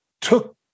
took